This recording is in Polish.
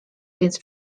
więc